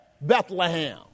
Bethlehem